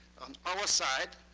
on our side,